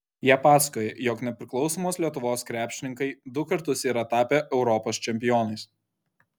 jie pasakoja jog nepriklausomos lietuvos krepšininkai du kartus yra tapę europos čempionais